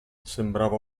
sembrava